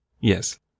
Yes